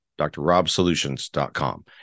drrobsolutions.com